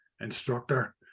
instructor